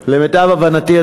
אבל למיטב הבנתי,